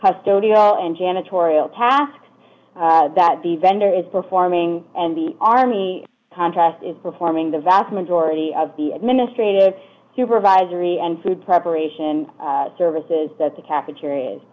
custody all and janitorial d tasks that the vendor is performing and the army contract is performing the vast majority of the administrative supervisory and food preparation services that the cafeteria